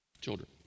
Children